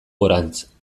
gorantz